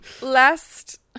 Last